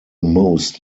most